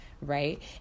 right